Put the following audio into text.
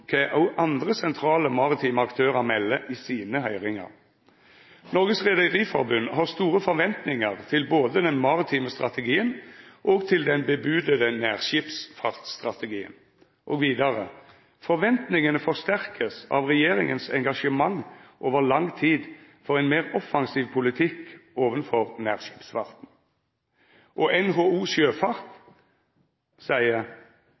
kva andre sentrale maritime aktørar melder i sine høyringar. Norges Rederiforbund har store forventningar til både den maritime strategien og den varsla nærskipsfartsstrategien, og seier at forventningane vert forsterka av regjeringas engasjement over lang tid for ein meir offensiv politikk overfor nærskipsfarten. NHO Sjøfart seier